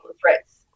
threats